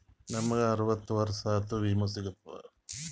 ನಮ್ ಗ ಅರವತ್ತ ವರ್ಷಾತು ವಿಮಾ ಸಿಗ್ತದಾ?